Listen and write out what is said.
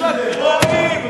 שקרנים.